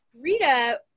Rita